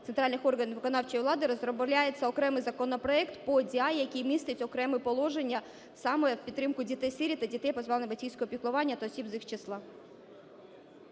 центральних органів виконавчої влади розробляється окремий законопроект по ДІ, який містить окремі положення саме в підтримку дітей-сиріт та дітей, позбавлених батьківського піклування, та осіб з їх числа.